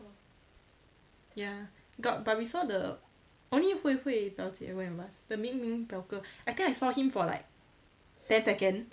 ya got but we saw the only hui hui 表姐 went with us the ming ming 表哥 I think I saw him for like ten second